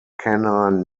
canine